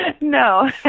No